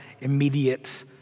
immediate